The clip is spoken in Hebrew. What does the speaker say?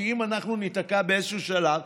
כי אם אנחנו ניתקע באיזשהו שלב,